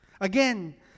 Again